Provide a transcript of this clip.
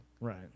Right